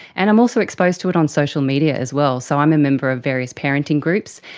and i'm also exposed to it on social media as well. so i'm a member of various parenting groups,